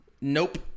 nope